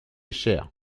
cher